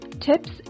tips